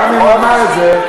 גם אם הוא אמר את זה,